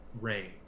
rain